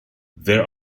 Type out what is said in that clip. there